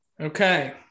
Okay